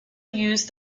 used